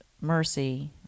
mercy